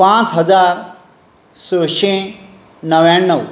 पांच हजार संयशें णव्याणव